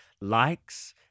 likes –